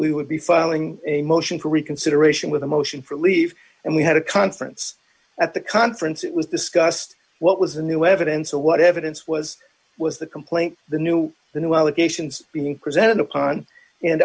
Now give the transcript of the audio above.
we would be filing a motion for reconsideration with a motion for leave and we had a conference at the conference it was discussed what was a new evidence of what evidence was was the complaint the new the new allegations being presented upon and